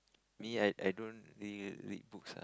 me I I don't really read books ah